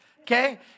Okay